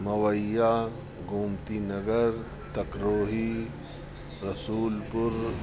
Mawaiya Gomtinagar Takrohi Rasulpur